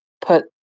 put